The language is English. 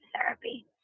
therapy